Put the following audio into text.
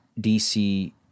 DC